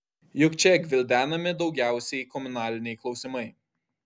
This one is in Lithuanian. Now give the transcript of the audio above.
juk čia gvildenami daugiausiai komunaliniai klausimai